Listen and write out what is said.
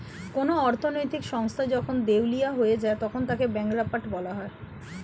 কোন অর্থনৈতিক সংস্থা যখন দেউলিয়া হয়ে যায় তখন তাকে ব্যাঙ্করাপ্ট বলা হয়